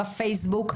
בפייסבוק,